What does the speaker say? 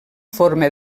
forma